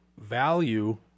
value